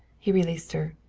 he released her.